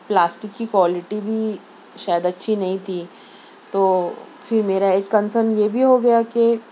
plastic کی quality بھی شاید اچھی نہیں تھی تو پھر میرا ایک کنسرن یہ بھی ہو گیا کہ